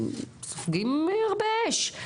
הוא משחק באש.